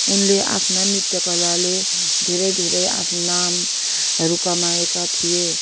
उनले आफ्ना नृत्यकलाले धेरै धेरै आफ्नो नामहरू कमाएका थिएँ